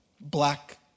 Black